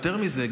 יותר מזה,